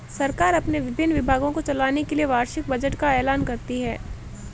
सरकार अपने विभिन्न विभागों को चलाने के लिए वार्षिक बजट का ऐलान करती है